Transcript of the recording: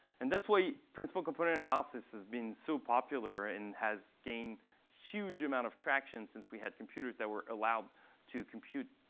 and that's why principal component analysis has been so popular and has gained huge amount of traction since we had computers that were allowed to compute